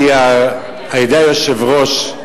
-ידי היושב-ראש,